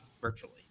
virtually